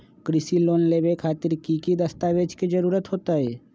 कृषि लोन लेबे खातिर की की दस्तावेज के जरूरत होतई?